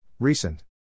Recent